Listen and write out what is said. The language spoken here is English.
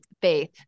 faith